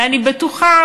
ואני בטוחה,